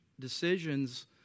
decisions